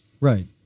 Right